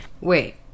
Wait